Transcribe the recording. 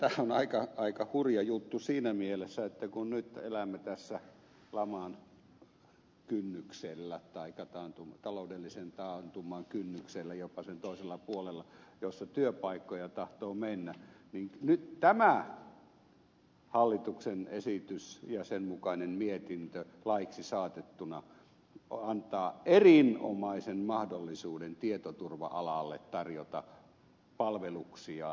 tämä on aika hurja juttu siinä mielessä että kun nyt elämme tässä laman kynnyksellä taikka taloudellisen taantuman kynnyksellä jopa sen toisella puolella jossa työpaikkoja tahtoo mennä niin nyt tämä hallituksen esitys ja sen mukainen mietintö laiksi saatettuna antavat erinomaisen mahdollisuuden tietoturva alalle tarjota palveluksiaan